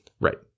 Right